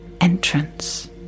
entrance